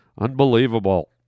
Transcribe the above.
Unbelievable